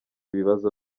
ibibazo